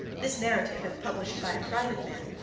this narrative, if published by a private man,